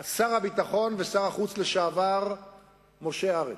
אלא שר הביטחון ושר החוץ לשעבר משה ארנס.